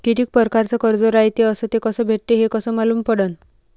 कितीक परकारचं कर्ज रायते अस ते कस भेटते, हे कस मालूम पडनं?